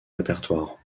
répertoire